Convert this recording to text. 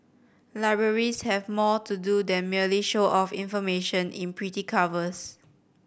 libraries have more to do than merely show off information in pretty covers